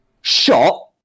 shot